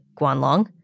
Guanlong